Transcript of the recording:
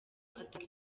atanga